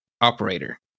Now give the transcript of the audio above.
operator